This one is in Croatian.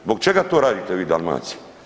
Zbog čega to radite vi Dalmaciji?